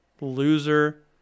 loser